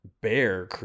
bear